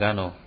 no